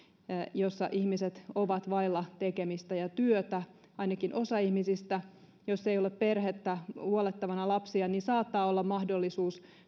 jossa ihmiset ovat vailla tekemistä ja työtä ainakin osa ihmisistä jos ei ole perhettä lapsia huollettavana niin saattaa olla mahdollisuus